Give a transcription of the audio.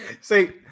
see